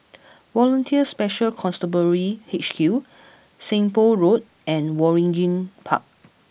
Volunteer Special Constabulary H Q Seng Poh Road and Waringin Park